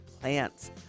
plants